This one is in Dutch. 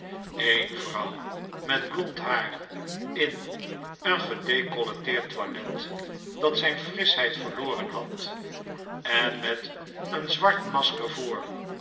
een vrouw met blond haar in een gedecolleteerd toilet dat zijn frischheid verloren had en met een zwart masker voor